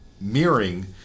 mirroring